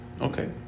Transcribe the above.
Okay